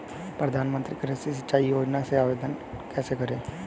प्रधानमंत्री कृषि सिंचाई योजना में आवेदन कैसे करें?